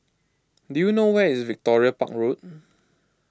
do you know where is Victoria Park Road